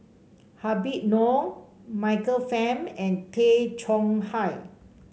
Habib Noh Michael Fam and Tay Chong Hai